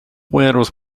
pueros